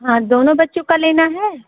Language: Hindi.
हाँ दोनों बच्चों का लेना है